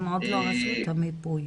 עשו את המיפוי